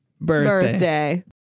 birthday